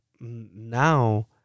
Now